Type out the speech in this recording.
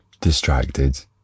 distracted